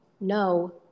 no